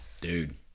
Dude